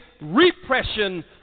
repression